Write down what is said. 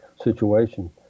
situation